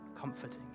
Comforting